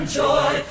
joy